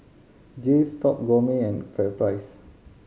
Jays Top Gourmet and FairPrice